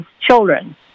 children